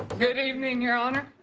good evening, your honor.